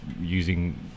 using